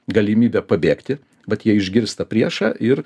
galimybę pabėgti vat jie išgirsta priešą ir